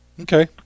Okay